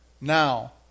Now